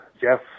Jeff